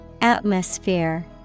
Atmosphere